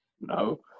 no